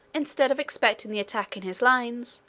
instead of expecting the attack in his lines,